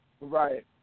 Right